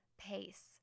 pace